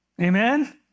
Amen